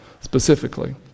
specifically